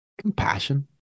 Compassion